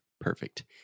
Perfect